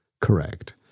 Correct